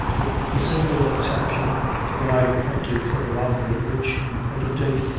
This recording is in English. with the single exception of the night appointed for the robbery, which, in point of date,